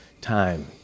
time